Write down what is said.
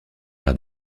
par